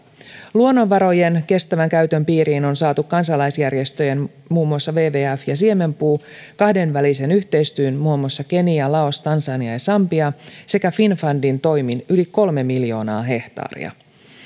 luonnonvarojen kestävän käytön piiriin on saatu kansalaisjärjestöjen muun muassa wwfn ja siemenpuun kahdenvälisen yhteistyön muun muassa keniassa laosissa tansaniassa ja sambiassa sekä finnfundin toimin yli kolme miljoonaa hehtaaria